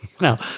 No